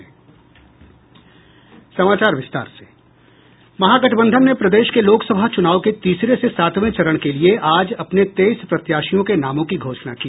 महागठबंधन ने प्रदेश के लोकसभा चुनाव के तीसरे से सातवें चरण के लिए आज अपने तेईस प्रत्याशियों के नामों की घोषणा की